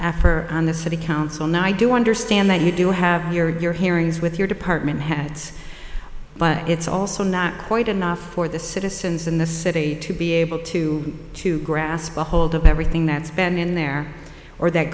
after on the city council now i do understand that you do have your your hearings with your department heads but it's also not quite enough for the citizens in the city to be able to to grasp ahold of everything that's been in there or that